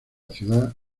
ciudad